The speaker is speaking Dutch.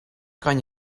kan